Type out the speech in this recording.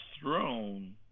throne